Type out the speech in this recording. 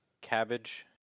Cabbage